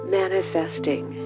manifesting